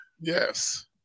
Yes